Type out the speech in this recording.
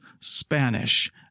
Spanish